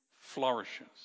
flourishes